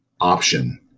option